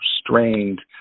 strained